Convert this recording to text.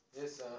Yes